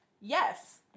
yes